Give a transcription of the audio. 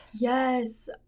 yes